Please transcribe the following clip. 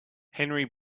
henry